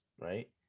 right